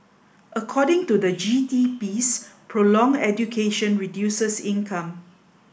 according to the G T piece prolonged education reduces income